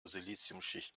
siliziumschicht